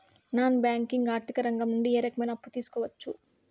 Non banking ఆర్థిక రంగం నుండి ఏ రకమైన అప్పు తీసుకోవచ్చు?